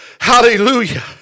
Hallelujah